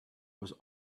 was